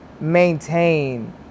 maintain